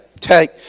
take